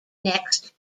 next